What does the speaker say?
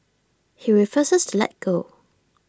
he refuses to let go